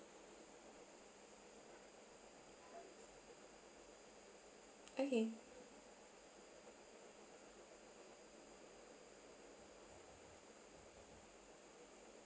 okay